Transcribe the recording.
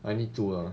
I need to uh